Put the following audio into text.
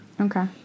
Okay